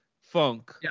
funk